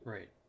Right